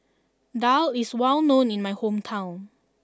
Daal is well known in my hometown